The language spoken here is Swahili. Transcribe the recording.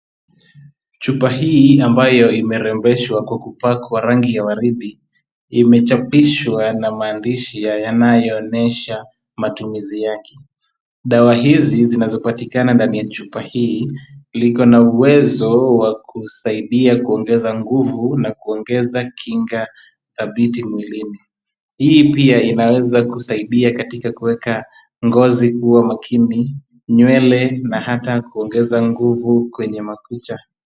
Chupa hii ambayo imerembeshwa kwa kupakwa rangi ya waridi, imechapishwa na maandishi yanayoonyesha matumizi yake. Dawa hizi zinazopatikana ndani ya chupa hii liko na uwezo wa kusaidia kuongeza nguvu na kuongeza kinga dhabiti mwilini. Hii pia inaweza kusaidia katika kuweka ngozi kuwa makini, nywele na hata kuongeza nguvu kwenye makucha.